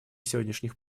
сегодняшних